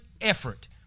effort